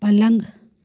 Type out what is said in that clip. पलंग